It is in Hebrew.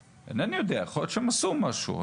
אינני יודע, יכול להיות שהם עשו משהו.